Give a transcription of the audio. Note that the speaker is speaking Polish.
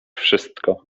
wszystko